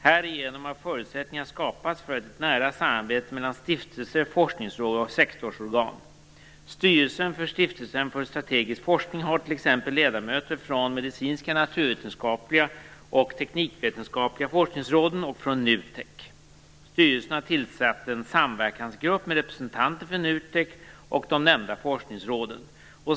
Härigenom har förutsättningar skapats för ett nära samarbete mellan stiftelser, forskningsråd och sektorsorgan. Styrelsen för Stiftelsen för strategisk forskning har t.ex. ledamöter från Medicinska, Naturvetenskapliga och Teknikvetenskapliga forskningsråden och från NUTEK. Styrelsen har tillsatt en samverkansgrupp med representanter för NUTEK och de nämnda forskningsråden.